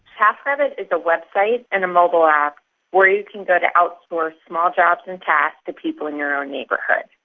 taskrabbit is a website and a mobile app where you can go to outsource small jobs and tasks to people in your own neighbourhood.